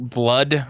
blood